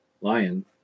lion